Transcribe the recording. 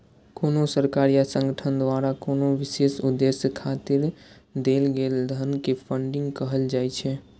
कोनो सरकार या संगठन द्वारा कोनो विशेष उद्देश्य खातिर देल गेल धन कें फंडिंग कहल जाइ छै